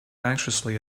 anxiously